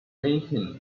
maintained